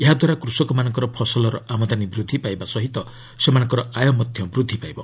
ଏହାଦ୍ୱାରା କୃଷକମାନଙ୍କର ଫସଲର ଆମଦାନୀ ବୃଦ୍ଧି ପାଇବା ସହ ସେମାନଙ୍କର ଆୟ ମଧ୍ୟ ବୃଦ୍ଧି ପାଇବ